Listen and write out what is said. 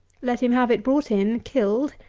let him have it brought in, killed,